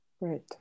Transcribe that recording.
Right